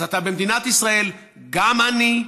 אז אתה במדינת ישראל גם עני,